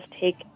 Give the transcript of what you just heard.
take